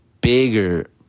bigger